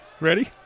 Ready